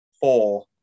Four